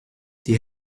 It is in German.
die